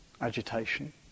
Agitation